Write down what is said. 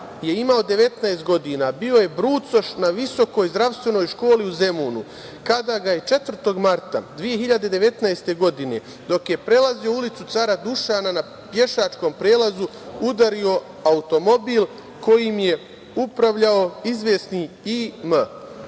je imao 19 godina, bio je brucoš na Visokoj zdravstvenoj školi u Zemunu, kada ga je 4. marta 2019. godine, dok je prelazio Ulicu cara Dušana, na pešačkom prelazu udario automobil kojim je upravljao izvesni I.M.